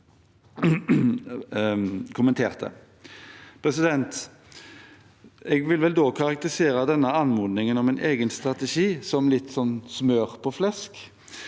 Jeg vil vel karakterisere denne anmodningen om en egen strategi som smør på flesk.